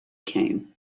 came